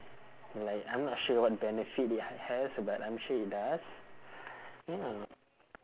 like I'm not sure what benefit it ha~ has but I'm sure it does ya